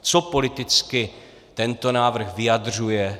Co politicky tento návrh vyjadřuje?